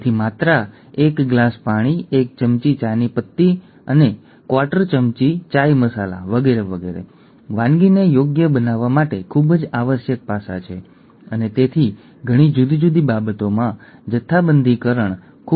જો તમે ઇચ્છો તો તમે આ વીડિયોને જોઇ શકો છો જે pdf ફાઇલમાં પણ આપવામાં આવ્યો છે જેને pdf થી જ ક્લિક કરી શકાય છે